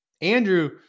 Andrew